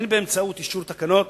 הן באמצעות אישור תקנות